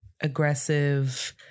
aggressive